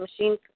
machine